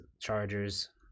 Chargers